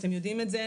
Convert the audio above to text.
אתם יודעים את זה,